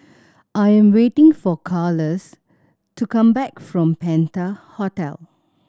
I am waiting for Carlos to come back from Penta Hotel